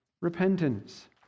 repentance